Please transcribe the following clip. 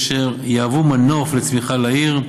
אשר יהוו מנוף לצמיחה לעיר,